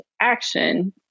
action